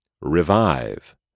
Revive